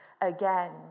again